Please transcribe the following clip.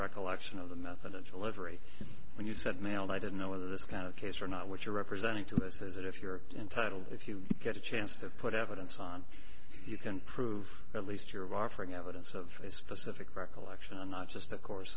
recollection of the method of delivery when you said mail and i didn't know whether this kind of case or not what you're representing to this is that if you're entitled if you get a chance to put evidence on you can prove at least you're offering evidence of a specific recollection not just a course